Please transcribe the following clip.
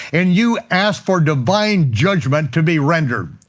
and you ask for divine judgment to be rendered.